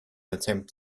attempt